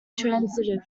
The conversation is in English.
transitive